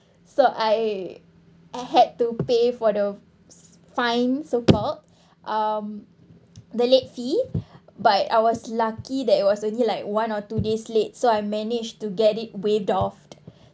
so I I had to pay for the fine so called um the late fee but I was lucky that it was only like one or two days late so I managed to get it waived offed